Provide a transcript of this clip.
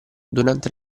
durante